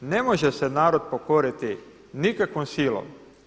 Ne može se narod pokoriti nikakvom silom.